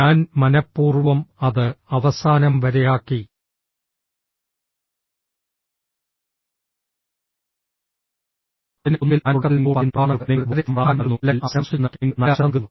ഞാൻ മനപ്പൂർവ്വം അത് അവസാനം വരെയാക്കി അതിനാൽ ഒന്നുകിൽ ഞാൻ തുടക്കത്തിൽ നിങ്ങളോട് പറയുന്ന പ്രഭാഷണങ്ങൾക്ക് നിങ്ങൾ വളരെയധികം പ്രാധാന്യം നൽകുന്നു അല്ലെങ്കിൽ അവസാനം സൂക്ഷിക്കുന്നവയ്ക്ക് നിങ്ങൾ നല്ല ശ്രദ്ധ നൽകുന്നു